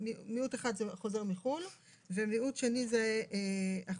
מיעוט אחד זה חוזר מחו"ל ומיעוט שני זה החולה.